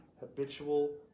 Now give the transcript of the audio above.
habitual